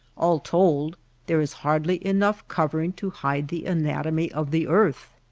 all told there is hardly enough covering to hide the anatomy of the earth.